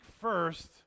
first